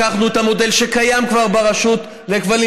לקחנו את המודל שקיים כבר ברשות לכבלים